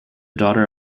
daughter